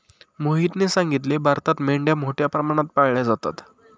मोहितने सांगितले, भारतात मेंढ्या मोठ्या प्रमाणात पाळल्या जातात